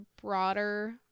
broader